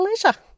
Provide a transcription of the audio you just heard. Pleasure